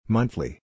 Monthly